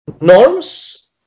norms